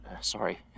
Sorry